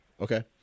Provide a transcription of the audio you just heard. Okay